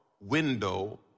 window